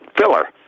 filler